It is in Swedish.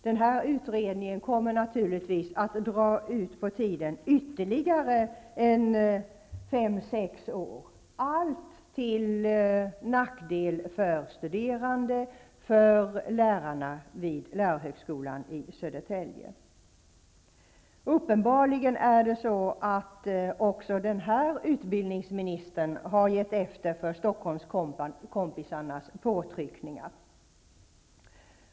Den här utredningen kommer naturligtvis att dra ut på tiden ytterligare fem sex år, till nackdel för de studerande och för lärarna vid lärarhögskolan i Södertälje. Uppenbarligen har också den nuvarande utbildningsministern gett efter för Stockholmskompisarnas påtryckningar.